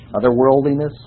Otherworldliness